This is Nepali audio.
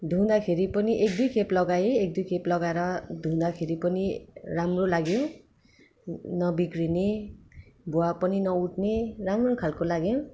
धुदाखेरि पनि एकदुई खेप लगाए एकदुई खेप लगाएर धुदाखेरि पनि राम्रो लाग्यो नबिग्निने भुवा पनि नउठ्ने राम्रो खालको लाग्यो